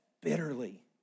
bitterly